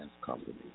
company